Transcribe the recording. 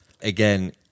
Again